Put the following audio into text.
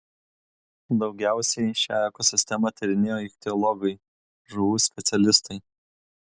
daugiausiai šią ekosistemą tyrinėjo ichtiologai žuvų specialistai